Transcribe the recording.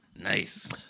Nice